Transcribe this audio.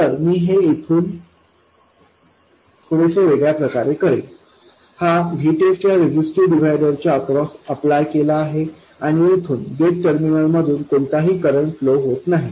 तर मी हे थोडेसे वेगळ्या प्रकारे करेन हा VTEST या रेझिस्टिव्ह डिव्हायडर च्या अक्रॉस अप्लाय केला आहे आणि येथून गेट टर्मिनल मधून कोणताही करंट फ्लो होत नाही